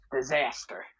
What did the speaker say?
disaster